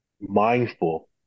mindful